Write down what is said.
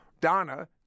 Donna